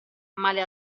male